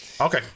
Okay